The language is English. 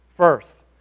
First